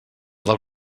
del